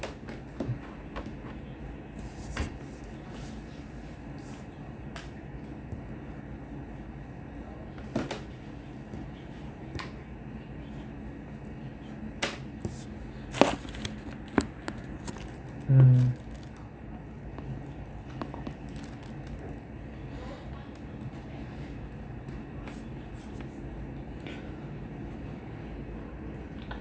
mm